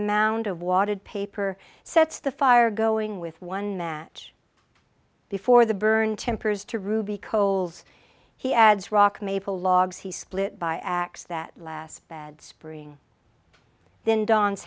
a mound of watered paper sets the fire going with one match before the burn tempers to ruby coals he adds rock maple logs he split by ax that last bad spring then don